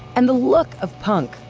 and the look of punk,